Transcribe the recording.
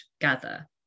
gather